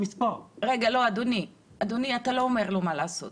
לא, אדוני, אתה לא אומר לו מה לעשות.